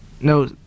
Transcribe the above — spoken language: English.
no